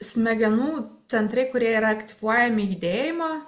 smegenų centrai kurie yra aktyvuojami judėjimo